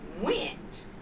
went